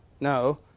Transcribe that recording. No